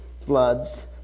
floods